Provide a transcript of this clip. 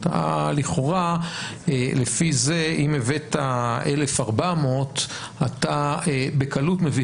לכאורה לפי זה אם הבאת 1,400 אתה בקלות מביא